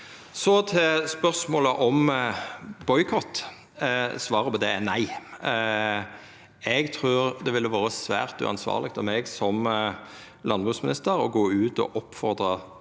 til spørsmålet om boikott. Svaret på det er nei. Eg trur det ville ha vore svært uansvarleg av meg, som landbruksminister, å gå ut og oppfordra